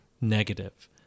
negative